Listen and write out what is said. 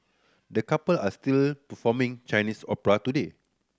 the couple are still performing Chinese opera today